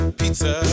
pizza